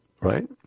Right